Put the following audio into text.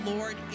Lord